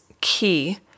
key